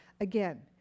Again